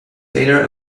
data